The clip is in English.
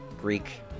Greek